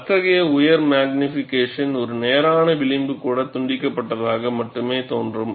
அத்தகைய உயர் மக்னிபிகேஷன் ஒரு நேரான விளிம்பு கூட துண்டிக்கப்பட்டதாக மட்டுமே தோன்றும்